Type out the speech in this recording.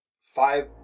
five